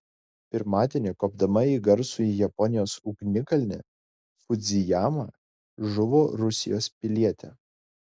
pirmadienį kopdama į garsųjį japonijos ugnikalnį fudzijamą žuvo rusijos pilietė